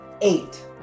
eight